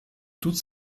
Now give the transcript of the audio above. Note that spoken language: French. toutes